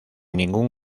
ningún